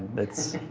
it's,